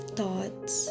thoughts